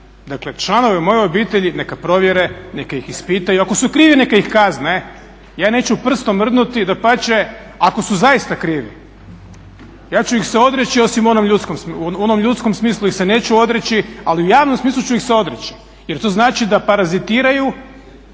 Dakle, članove moje obitelji neka provjere, neka ih ispitaju i ako su krivi neka ih kazne. Ja neću prstom mrdnuti, dapače ako su zaista krivi. Ja ću ih se odreći, osim u onom ljudskom smislu ih se neću odreći, ali u javnom smislu ću ih se odreći jer to znači da parazitiraju